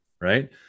Right